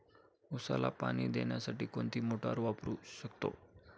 उसाला पाणी देण्यासाठी कोणती मोटार वापरू शकतो?